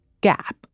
gap